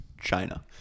China